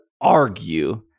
argue